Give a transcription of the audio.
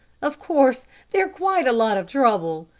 of course they're quite a lot of trouble.